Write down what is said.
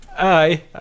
aye